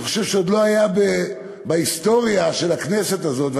אני חושב שעוד לא היה בהיסטוריה של הכנסת הזאת,